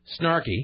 snarky